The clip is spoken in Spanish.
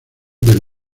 del